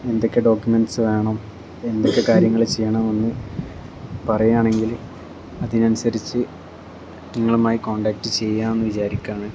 എന്തൊക്കെ ഡോക്യൂുമെൻസ് വേണം എന്തൊക്കെ കാര്യങ്ങൾ ചെയ്യണം ഒന്ന് പറയുകയാണെങ്കിൽ അതിന് അനുസരിച്ച് നിങ്ങളുമായി കോൺടാക്ട് ചെയ്യാമെന്ന് വിചാരിക്കുകയാണ്